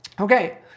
okay